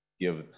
give